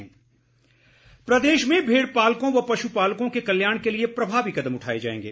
one मंत्री प्रदेश में भेड़पालकों व पश् पालकों के कल्याण के लिए प्रभावी कदम उठाए जाएंगे